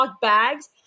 bags